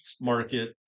market